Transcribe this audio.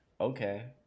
okay